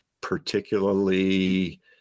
particularly